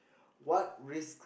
what risk